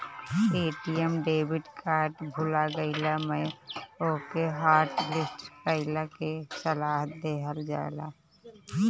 ATM debit card भूला गईला पे ओके हॉटलिस्ट कईला के सलाह देहल जाला